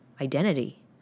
Identity